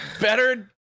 better